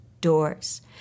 doors